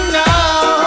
now